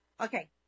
Okay